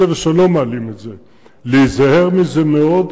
זה ושלא מעלים את זה להיזהר מזה מאוד,